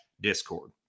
Discord